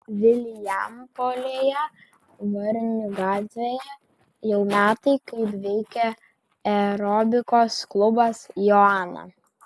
vilijampolėje varnių gatvėje jau metai kaip veikia aerobikos klubas joana